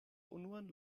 unuan